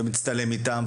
ומצטלם איתם,